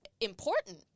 important